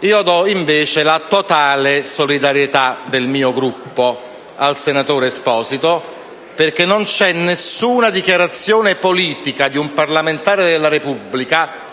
esprimo la totale solidarietà del mio Gruppo al senatore Esposito, in quanto nessuna dichiarazione politica di un parlamentare della Repubblica,